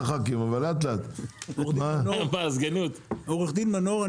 אני עורך דין מנור,